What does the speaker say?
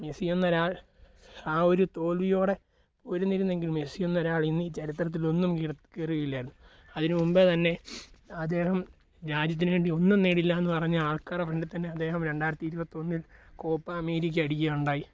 Messi എന്നൊരാൾ ആ ഒരു തോൽവിയോടെ പോയിരുന്നെങ്കിൽ മെസ്സി എന്നൊരാൾ ഇന്ന് ചരിത്രത്തിലൊന്നും കേറ കയറുകയില്ലായിരുന്നു അതിനു മുൻപേ തന്നെ അദ്ദേഹം രാജ്യത്തിനു വേണ്ടി ഒന്നും നേടില്ലയെന്നു പറഞ്ഞ ആൾക്കാരവർൻ്റെ തന്നെ അദ്ദേഹം രണ്ടായിരത്തി ഇരുപത്തൊന്നിൽ കോപ്പ അമേരിക്ക അടിക്കുക ഉണ്ടായി